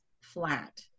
flat